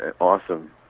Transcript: awesome